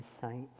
sight